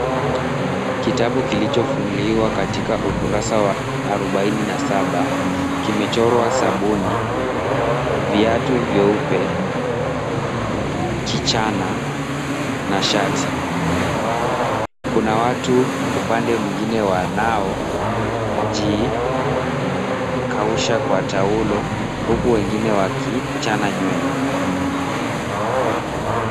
Kitabu kilichofunguliwa katika ukurasa wa arobaini na saba, kimechorwa sabuni, viatu vyeupe, kichana na shati. Kuna watu upande mwingine wanaojikausha kwa taulo huku wengine wakichana nywele.